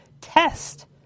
test